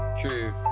true